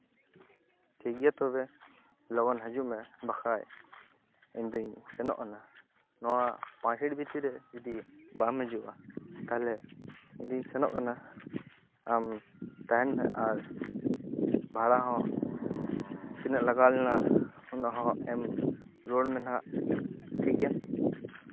ᱴᱷᱤᱠ ᱜᱮᱭᱟ ᱛᱚᱵᱮ ᱞᱚᱜᱚᱱ ᱦᱤᱡᱩᱜ ᱢᱮ ᱵᱟᱠᱷᱟᱱ ᱤᱧ ᱫᱚᱧ ᱥᱮᱱᱚᱜ ᱠᱟᱱᱟ ᱱᱚᱣᱟ ᱯᱟᱹᱪᱤᱨ ᱵᱷᱤᱛᱤᱨ ᱨᱮ ᱡᱩᱫᱤ ᱵᱟᱢ ᱦᱤᱡᱩᱜᱼᱟ ᱛᱟᱦᱞᱮ ᱤᱧ ᱫᱚᱧ ᱥᱮᱱᱚᱜ ᱠᱟᱱᱟ ᱟᱢ ᱛᱟᱦᱮᱱ ᱢᱮ ᱟᱨ ᱵᱷᱟᱲᱟ ᱦᱚᱸ ᱛᱤᱱᱟᱹᱜ ᱞᱟᱜᱟᱣ ᱞᱮᱱᱟ ᱚᱱᱟᱦᱚᱸ ᱮᱢ ᱨᱩᱣᱟᱹᱲ ᱢᱮ ᱱᱟᱦᱟᱜ ᱴᱷᱤᱠ ᱜᱮᱭᱟ